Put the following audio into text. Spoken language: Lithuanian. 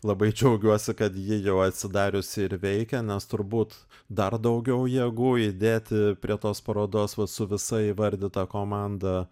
labai džiaugiuosi kad ji jau atsidariusi ir veikia nes turbūt dar daugiau jėgų įdėti prie tos parodos vat su visa įvardyta komanda